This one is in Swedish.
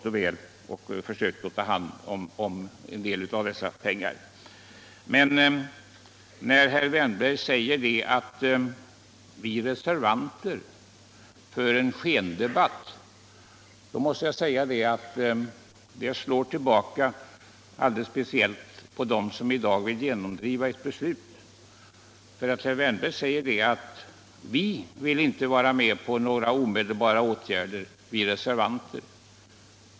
Herr Wärnberg säger att vi reservanter för en skendebatt. Det slår tillbaka på honom själv och de andra som i dag vill genomdriva ett beslut. Herr Wärnberg säger att vi reservanter inte vill vara med om några omedelbara åtgärder.